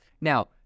Now